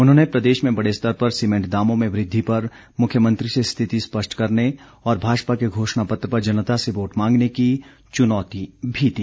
उन्होंने प्रदेश में बड़े स्तर पर सीमेंट दामों में वृद्वि पर मुख्यमंत्री से स्थिति स्पष्ट करने और भाजपा के घोषणा पत्र पर जनता से वोट मांगने की चुनौती भी दी